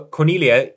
Cornelia